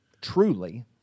truly